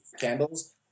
candles